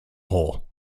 hole